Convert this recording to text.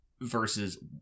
versus